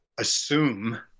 assume